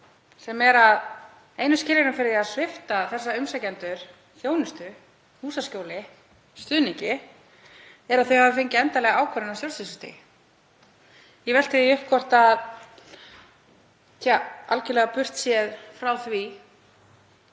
sem er að einu skilyrðin fyrir því að svipta þessa umsækjendur þjónustu, húsaskjóli og stuðningi er að þau hafi fengið endanlega ákvörðun á stjórnsýslustigi. Ég velti því upp, algjörlega burt séð frá því